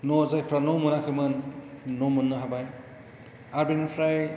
न' जायफ्रा न' मोनाखैमोन न' मोन्नो हाबाय आर बेनिफ्राय